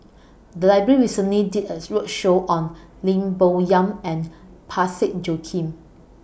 The Library recently did as roadshow on Lim Bo Yam and Parsick Joaquim